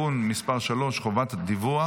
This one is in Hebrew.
חבר הכנסת יצחק